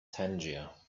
tangier